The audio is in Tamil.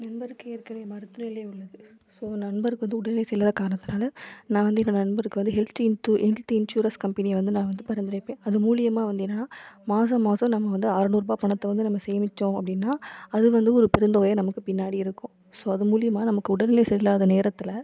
நண்பருக்கு ஏற்கனவே மருத்துவ நிலை உள்ளது ஸோ நண்பருக்கு வந்து உடல்நிலை சரி இல்லாத காரணத்துனால் நான் வந்து என் நண்பருக்கு ஹெல்த்து இன்த்து ஹெல்த் இன்சூரஸ் கம்பெனியை வந்து நான் வந்து பரித்துரைப்பேன் அது மூலிமா வந்து என்னென்னால் மாதம் மாதம் நம்ம வந்து அறநூறுரூபா பணத்தை வந்து நம்ம சேமித்தோம் அப்படின்னா அது வந்து ஒரு பெரும் தொகையாக நமக்கு பின்னாடி இருக்கும் ஸோ அது மூலிமா நமக்கு உடல்நிலை சரி இல்லாத நேரத்தில்